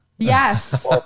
Yes